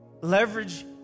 Leverage